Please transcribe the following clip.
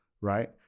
right